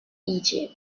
egypt